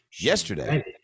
Yesterday